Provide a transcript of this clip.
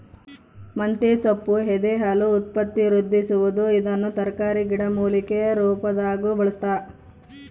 ಮಂತೆಸೊಪ್ಪು ಎದೆಹಾಲು ಉತ್ಪತ್ತಿವೃದ್ಧಿಸುವದು ಇದನ್ನು ತರಕಾರಿ ಗಿಡಮೂಲಿಕೆ ರುಪಾದಾಗೂ ಬಳಸ್ತಾರ